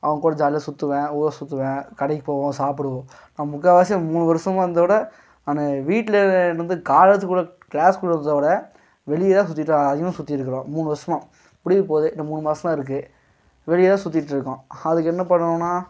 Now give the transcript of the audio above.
அவங்க கூட ஜாலியாக சுற்றுவேன் ஊர் சுற்றுவேன் கடைக்கு போவோம் சாப்பிடுவோம் நான் முக்கால்வாசி மூணு வருஷமா இருந்ததோடு நானு வீட்டில் வந்து காலேஜ் கூட க்ளாஸ் கூட இருந்ததோட வெளியதான் சுற்றிட்டு அதிகமாக சுற்றிட்ருக்குறோம் மூணு வருஷோம் முடியப்போது இன்னும் மூணு மாசந்தான் இருக்குது வெளியதான் சுற்றிட்ருக்கோம் அதுக்கு என்ன பண்ணணும்னா